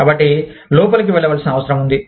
కాబట్టి లోపలికి వెళ్లవలసిన అవసరం ఉంది